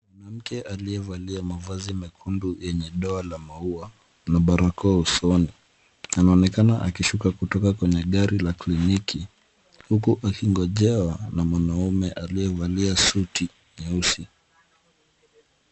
Mwanamke aiyevalia mavazi mekundu yenye doa la maua na barakoa usoni anaonekana akishuka kutoka kwenye gari la kliniki. Huku akingojewa na mwanaume aliyevalia suti nyeusi.